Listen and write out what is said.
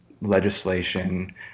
legislation